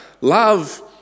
love